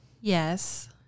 Yes